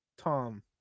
Tom